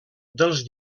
dels